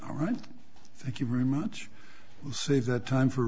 all right thank you very much say that time for